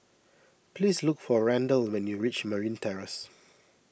please look for Randal when you reach Marine Terrace